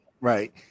right